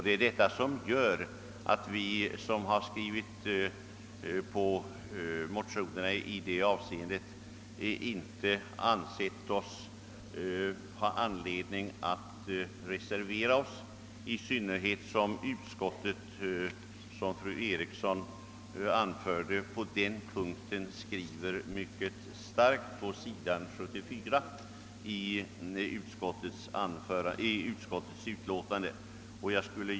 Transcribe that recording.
Det är detta som gjort att vi som skrivit under motionerna inte ansett oss ha anledning att reservera oss i detta avseende, särskilt som utskottet, såsom fru Eriksson i Stockholm anförde, på denna punkt har en mycket stark skrivning i sitt utlåtande.